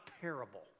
parable